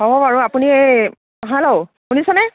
হ'ব বাৰু আপুনি এই হেল্ল' শুনিছেনে